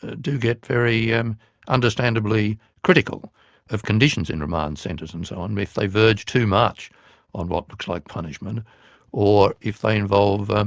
do get very and understandably critical of conditions in remand centres and um so on if they verge too much on what looks like punishment or if they involve and